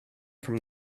from